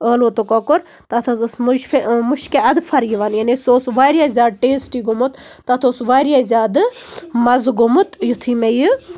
ٲلوٕ تہٕ کۄکُر تَتھ حظ ٲس مُشفہِ مُشکہِ اَدٕفر یِوان یعنی سُہ اوس واریاہ زیادٕ ٹیسٹی گوٚمُت تَتھ اوس واریاہ زیادٕ مَزٕ گوٚمُت یِتھُے مےٚ یہِ